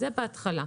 זה בהתחלה.